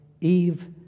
Eve